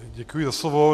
Děkuji za slovo.